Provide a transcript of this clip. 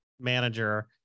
manager